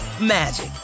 magic